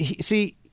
See